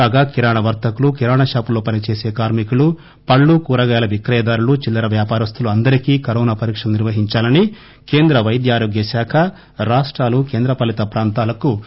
కాగాకిరాణ వర్తకులు కిరాణా షాపుల్లో పనిచేసే కార్మికులు పళ్ళు కూరగాయల విక్రయదారులు చిల్లర వ్యారస్తులు అందరికీ కరోనా పరీక్షలు నిర్వహించాలని కేంద్ర పైద్య ఆరోగ్య శాఖ రాష్టాలు కేంద్ర పాలిత ప్రాంతాలకు సూచించింది